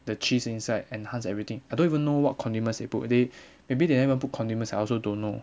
the cheese inside enhanced everything I don't even know what condiments they put they maybe they haven't even put condiments I also don't know